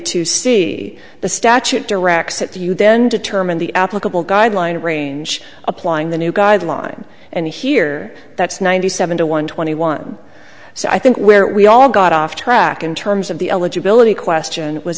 two see the statute directs it to you then determine the applicable guideline range applying the new guideline and here that's ninety seven to one twenty one so i think where we all got off track in terms of the eligibility question was